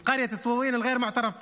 (אומר בערבית: מהכפר סויוין, כפר בלתי מוכר,)